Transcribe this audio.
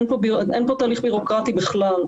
אין פה תהליך בירוקרטי בכלל.